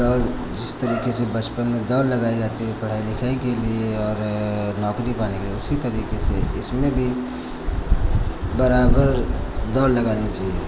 दौड़ जिस तरीके से बचपन में दौड़ लगाई जाती है पढ़ाई लिखाई के लिए और नौकरी पाने के लिए उसी तरीके से इसमें भी बराबर दौड़ लगानी चाहिए